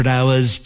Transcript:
Hours